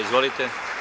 Izvolite.